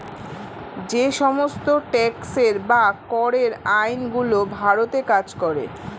যে সমস্ত ট্যাক্সের বা করের আইন গুলো ভারতে কাজ করে